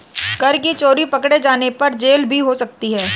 कर की चोरी पकडे़ जाने पर जेल भी हो सकती है